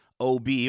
OB